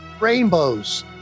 rainbows